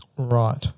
Right